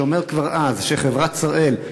שאומר כבר אז שחברת "שראל",